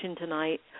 tonight